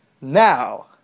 Now